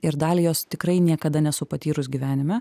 ir dalį jos tikrai niekada nesu patyrus gyvenime